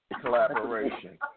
collaboration